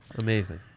Amazing